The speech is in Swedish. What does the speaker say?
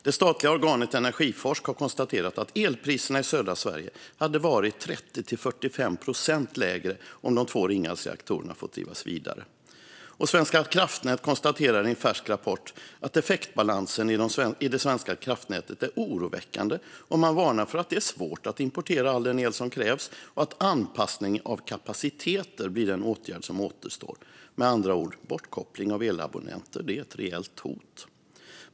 Det statliga organet Energiforsk har konstaterat att elpriserna i södra Sverige hade varit 30-45 procent lägre om de två Ringhalsreaktorerna fått drivas vidare. Svenska kraftnät konstaterar i en färsk rapport att effektbalansen i det svenska kraftnätet är oroväckande. Man varnar för att det är svårt att importera all den el som krävs och att anpassning av kapaciteter blir den åtgärd som återstår. Med andra ord är bortkoppling av elabonnenter ett reellt hot.